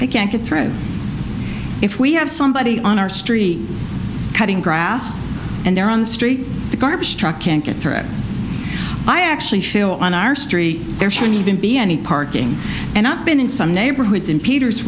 they can't get through if we have somebody on our street cutting grass and there on the street the garbage truck can't get through i actually feel on our street there shouldn't even be any parking and not been in some neighborhoods in peters